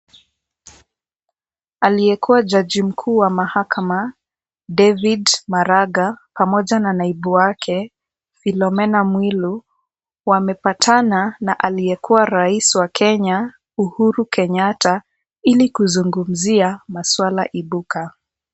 Aliyekua jaji mkuu wa mahakama ,David Maraga pamoja na naibu wake, Philimena Mwilu wamepatana na aliyekuwa rais wa Kenya Uhuru Kenyatta ili kuzungumzia maswala ibuka.